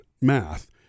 math